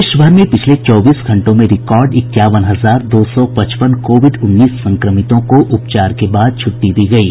देश भर में पिछले चौबीस घंटों में रिकार्ड इक्यावन हजार दो सौ पचपन कोविड उन्नीस संक्रमितों को उपचार के बाद छूट्टी दी गयी